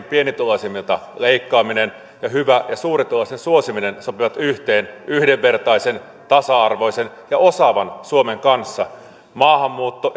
pienituloisimmilta leikkaaminen ja hyvä ja suurituloisten suosiminen sopivat yhteen yhdenvertaisen tasa arvoisen ja osaavan suomen kanssa maahanmuutto